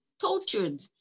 tortured